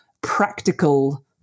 practical